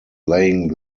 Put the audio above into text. laying